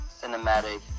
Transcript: Cinematic